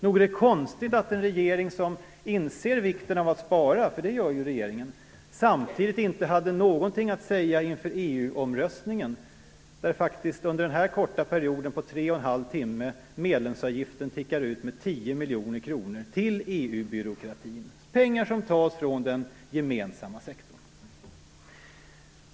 Nog är det konstigt att en regering som inser vikten av att spara - det gör ju regeringen - ändå inte hade någonting att säga inför EU-omröstningen. Under de gångna tre och en halv timmarna har medlemsavgiften tickat ut i form av 10 miljon kronor till EU byråkratin, pengar som tas från den gemensamma sektorn.